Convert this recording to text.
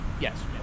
Yes